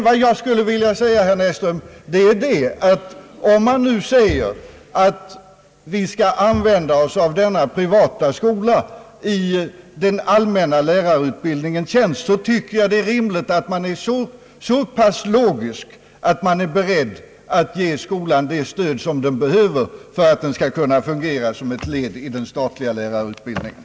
Vad jag skulle vilja säga, herr Näsström, är, att om man nu anser att vi skall använda denna privata skola i den allmänna lärarutbildningens tjänst, tycker jag att det är rimligt att man är så pass logisk att man är beredd att ge skolan det stöd som den behöver för att kunna fungera som ett led i den statliga lärarutbildningen.